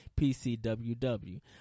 PCWW